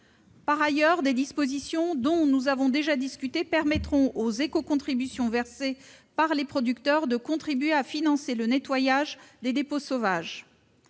Par ailleurs, des dispositions dont nous avons déjà discuté permettront que les éco-contributions versées par les producteurs contribuent à financer le nettoyage des dépôts sauvages.